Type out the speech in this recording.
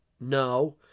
No